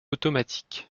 automatiques